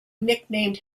nicknamed